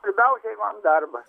svarbiausiai man darbas